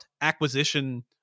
acquisition